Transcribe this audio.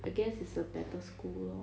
I guess it's a better school lor